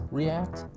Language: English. react